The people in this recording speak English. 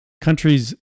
Countries